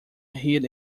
hid